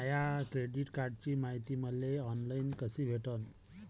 माया credit कार्डची मायती मले ऑनलाईन कसी भेटन?